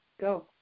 go